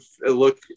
look